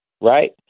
right